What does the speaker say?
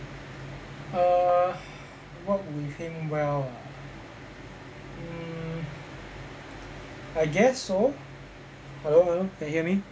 err work with him well ah mm I guess so hello hello can hear me